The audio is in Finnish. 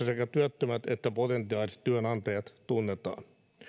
sekä työttömät että potentiaaliset työnantajat tunnetaan